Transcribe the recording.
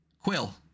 Quill